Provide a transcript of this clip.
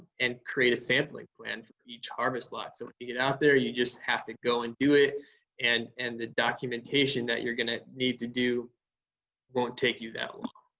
and create a sampling plan for each harvest lot. so when you get out there, you just have to go and do it and and the documentation that you're gonna need to do won't take you that long.